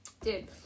Dude